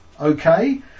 okay